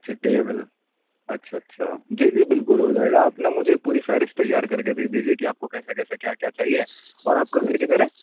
اچھا ٹیبل اچھا اچھا جی جی بالکل ہو جائے گا آپا مجھے پوری فہرست تیار کر کے دے دیجیے کہ آپ کو کیسے کیسے کیا کیا چاہیے اور آپ کا گھر کدھر ہے